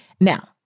Now